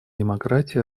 демократии